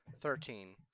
Thirteen